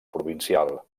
provincial